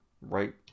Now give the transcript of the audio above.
right